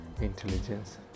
intelligence